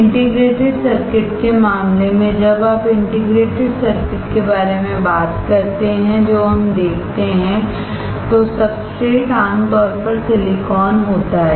integrated circuit के मामले में जब आप इंटीग्रेटेड सर्किट के बारे में बात करते हैं जो हम देखते हैं तो सब्सट्रेट आम तौर पर सिलिकॉन होता है